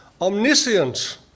omniscient